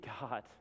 God